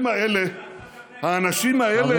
עכשיו גם בני עקיבא לא טוב?